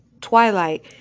twilight